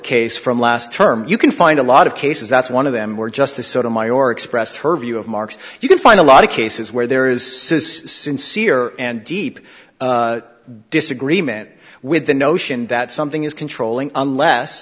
case from last term you can find a lot of cases that's one of them were just the sort of maior expressed her view of marks you can find a lot of cases where there is sincere and deep disagreement with the notion that something is controlling unless